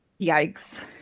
Yikes